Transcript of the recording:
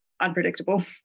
unpredictable